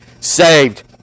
saved